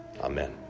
amen